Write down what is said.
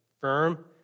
firm